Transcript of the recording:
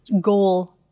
goal